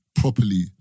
properly